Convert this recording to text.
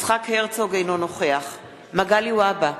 יצחק הרצוג, אינו נוכח מגלי והבה,